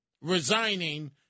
resigning